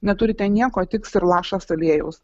neturite nieko tiks ir lašas aliejaus